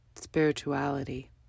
spirituality